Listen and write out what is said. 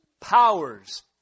powers